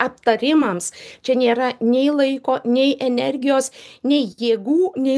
aptarimams čia nėra nei laiko nei energijos nei jėgų nei